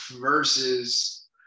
versus